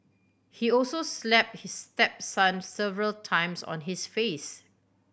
he also slapped his stepson several times on his face